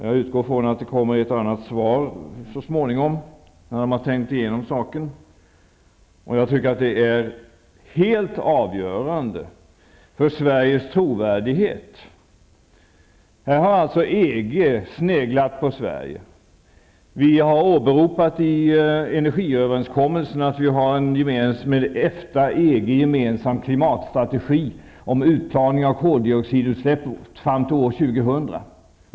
Jag utgår från att det kommer ett och annat svar så småningom, när de har tänkt igenom saken. Jag tycker att det är helt avgörande för Sveriges trovärdighet. Här har alltså EG sneglat på Sverige. Vi har åberopat i energiöverenskommelsen att vi har en med EFTA och EG gemensam klimatstrategi, om utplaning av koldioxidutsläpp fram till år 2000.